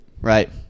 Right